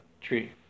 tree